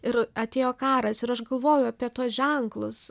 ir atėjo karas ir aš galvoju apie tuos ženklus